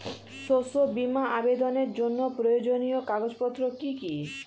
শস্য বীমা আবেদনের জন্য প্রয়োজনীয় কাগজপত্র কি কি?